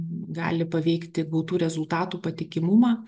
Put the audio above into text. gali paveikti gautų rezultatų patikimumą